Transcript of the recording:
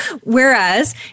Whereas